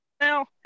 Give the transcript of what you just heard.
now